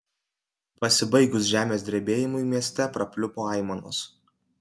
pasibaigus žemės drebėjimui mieste prapliupo aimanos